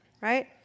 right